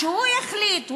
שהוא יחליט,